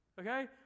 Okay